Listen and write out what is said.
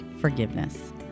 forgiveness